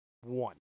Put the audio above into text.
one